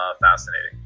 fascinating